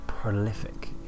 prolific